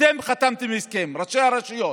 אתם חתמתם על הסכם, ראשי הרשויות,